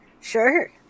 Sure